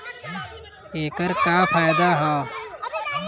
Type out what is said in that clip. ऐकर का फायदा हव?